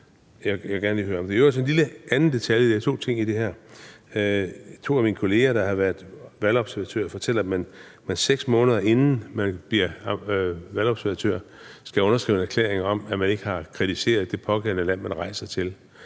Det vil jeg gerne høre. I øvrigt er der en anden lille detalje i forhold til det her: To af mine kolleger, der har været valgobservatører, fortæller, at man, 6 måneder inden man bliver valgobservatør, skal underskrive en erklæring om, at man ikke har kritiseret det pågældende land, man rejser til.